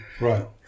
right